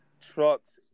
trucks